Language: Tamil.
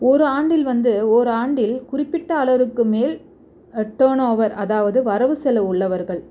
ஒரு ஆண்டில் வந்து ஒரு ஆண்டில் குறிப்பிட்ட அளருக்கு மேல் டர்ன் ஓவர் அதாவது வரவு செலவு உள்ளவர்கள்